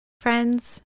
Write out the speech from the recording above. Friends